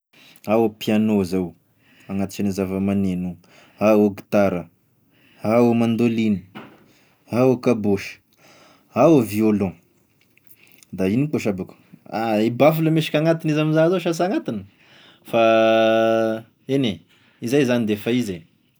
Ao e piano zao, agnatisane zava-magneno io, ao gitara, ao mandoliny, ao kabosy, ao violon, da ino koa sha ba ko, ah i baffle ma izy k'agnatiny izy amza zao ka s'agnatigny, fa eny e, izay zany d'efa izy e.